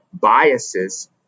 biases